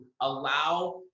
allow